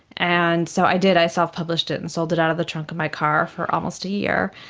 and so i did, i self-published it and sold it out of the trunk of my car for almost a year.